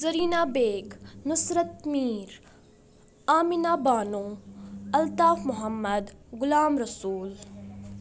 Zareena Baig Nusrat Mir Amina Bano Altaf Mohammad Ghulam Rasool